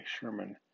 Sherman